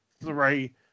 three